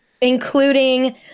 Including